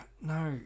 no